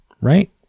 right